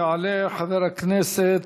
יעלה חבר הכנסת